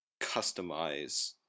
customize